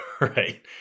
Right